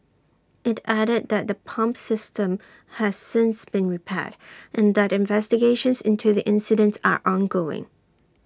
IT added that the pump system has since been repaired and that investigations into the incident are ongoing